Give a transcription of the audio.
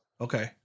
Okay